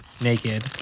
naked